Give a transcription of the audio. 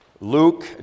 Luke